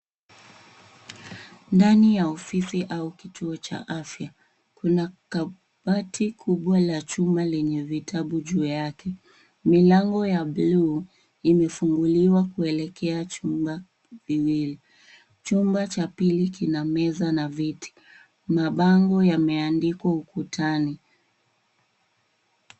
Ndani ya ofisi au kituo cha afya. Kuna kabati kubwa la chuma lenye vitabu juu yake. Milango ya buluu imefunguliwa kuelekea chumba viwili. Chumba cha pili kina meza na viti. Mabango yameandikwa ukutani.